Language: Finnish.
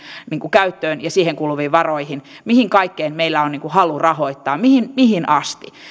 käyttöön ja siihen kuluviin varoihin meillä on halu rahoittaa mihin asti